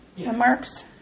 remarks